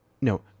No